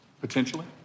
potentially